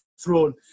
throne